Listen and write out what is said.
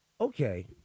Okay